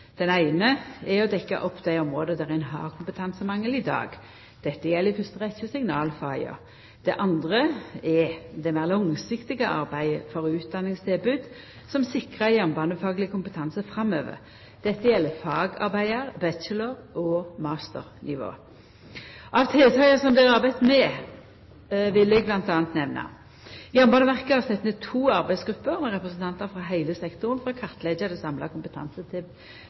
Den eine er å dekkja opp dei områda der ein har kompetansemangel i dag. Dette gjeld i fyrste rekkje signalfaga. Det andre er det meir langsiktige arbeidet for utdanningstilbod som sikrar jernbanefagleg kompetanse framover. Dette gjeld fagarbeidar-, bachelor- og masternivå. Av tiltaka som blir arbeidde med, vil eg bl.a. nemna: Jernbaneverket har sett ned to arbeidsgrupper med representantar frå heile sektoren for å kartleggja det samla